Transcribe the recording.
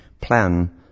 plan